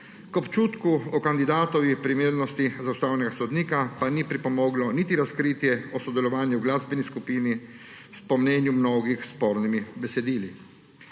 K občutku o kandidatovi primernosti za ustavnega sodnika pa ni pripomoglo niti razkritje o sodelovanju v glasbeni skupini s po mnenju mnogih spornimi besedili.